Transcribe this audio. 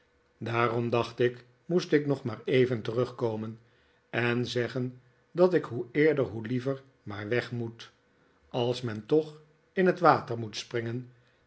daarom dacht ik moest ik nog maar even terugkomen en zeggen dat ik hoe eerder hoe liever maar weg moet als men toch in het water moet springen